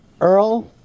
Earl